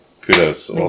kudos